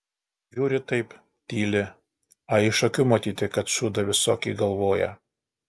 žiūri taip tyli a iš akių matyti kad šūdą visokį galvoja